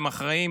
והם אחראים